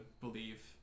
believe